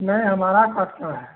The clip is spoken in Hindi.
नहीं हमारे काटना है